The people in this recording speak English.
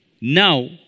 Now